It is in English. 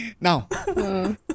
Now